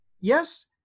Yes